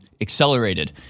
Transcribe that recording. accelerated